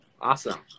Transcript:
awesome